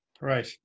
Right